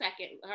second